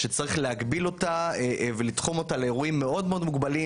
שצרי להגביל אותה ולתחום אותה לאירועים מאוד מאוד מוגבלים,